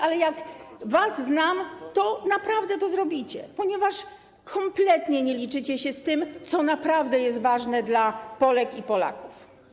Ale jak was znam, to naprawdę to zrobicie, ponieważ kompletnie nie liczycie się z tym, co naprawdę jest ważne dla Polek i Polaków.